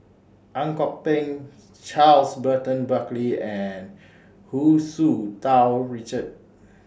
Ang Kok Peng Charles Burton Buckley and Hu Tsu Tau Richard